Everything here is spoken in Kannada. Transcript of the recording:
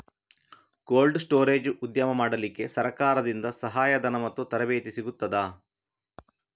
ಕೋಲ್ಡ್ ಸ್ಟೋರೇಜ್ ಉದ್ಯಮ ಮಾಡಲಿಕ್ಕೆ ಸರಕಾರದಿಂದ ಸಹಾಯ ಧನ ಮತ್ತು ತರಬೇತಿ ಸಿಗುತ್ತದಾ?